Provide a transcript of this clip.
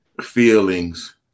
feelings